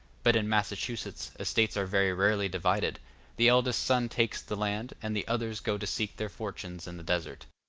but in massachusetts estates are very rarely divided the eldest son takes the land, and the others go to seek their fortune in the desert.